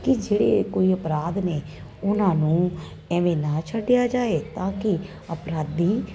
ਕਿ ਜੇ ਕੋਈ ਅਪਰਾਧ ਨੇ ਉਨ੍ਹਾਂ ਨੂੰ ਐਵੇਂ ਨਾ ਛੱਡਿਆ ਜਾਏ ਤਾਂ ਕਿ ਅਪਰਾਧੀ